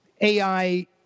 AI